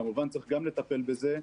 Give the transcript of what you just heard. כמובן צריך גם לטפל בזה,